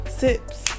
sips